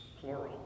plural